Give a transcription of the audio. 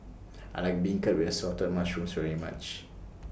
I like Beancurd with Assorted Mushrooms very much